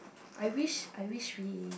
I wish I wish we